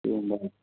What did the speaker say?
एवं वा